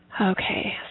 Okay